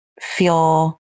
feel